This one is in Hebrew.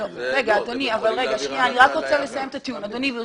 אני לא